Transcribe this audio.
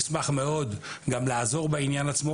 ואני אשמח מאוד גם לעזור בעניין הזה,